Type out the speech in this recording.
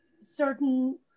certain